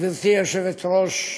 גברתי היושבת-ראש,